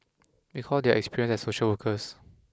because they have experience as social workers